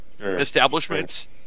establishments